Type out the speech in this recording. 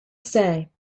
say